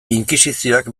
inkisizioak